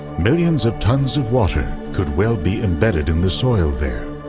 millions of tons of water could well be embedded in the soil there.